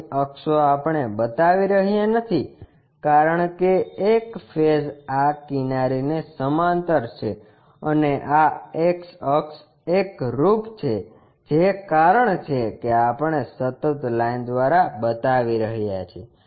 અહીં અક્ષો આપણે બતાવી રહ્યા નથી કારણ કે એક ફેસ આ કિનારીને સમાંતર છે અને આ X અક્ષ એકરુપ છે જે કારણ છે કે આપણે સતત લાઈન દ્વારા બતાવી રહ્યા છીએ